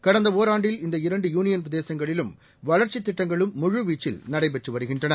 கடந்த ஒராண்டில் இந்த இரண்டு யூளியள் பிரதேசங்களிலும் வளர்ச்சித் திட்டங்களும் முழுவீச்சில் நடைபெற்று வருகின்றன